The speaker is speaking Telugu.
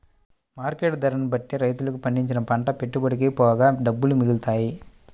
మార్కెట్ ధరని బట్టే రైతులకు పండించిన పంట పెట్టుబడికి పోగా డబ్బులు మిగులుతాయి